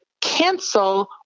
cancel